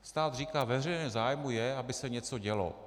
Stát říká: Ve veřejném zájmu je, aby se něco dělo.